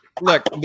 Look